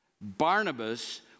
Barnabas